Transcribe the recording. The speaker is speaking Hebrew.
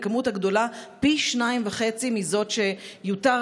בכמות הגדולה פי-שניים וחצי מזאת שיוּתר